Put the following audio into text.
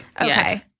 Okay